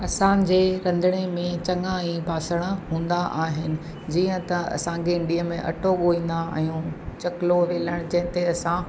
असांजे रंधिणे में चङा ई ॿासण हूंदा आहिनि जीअं त असां गेंडीअ में अटो ॻोहींदा आहियूं चकिलो वेलण जंहिंते असां